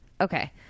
Okay